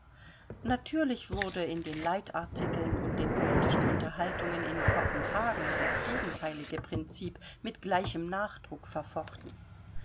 natürlich wurde in den leitartikeln und den politischen unterhaltungen in kopenhagen das gegenteilige prinzip mit gleichem nachdruck verfochten